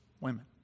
Women